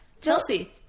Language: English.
Chelsea